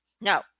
No